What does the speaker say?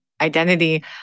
identity